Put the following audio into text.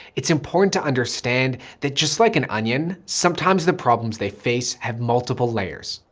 it's important to understand that just like an onion, sometimes the problems they face have multiple layers.